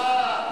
זו מצווה.